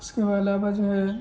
इसके अलावा जो है